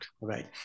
Right